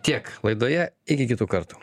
tiek laidoje iki kitų kartų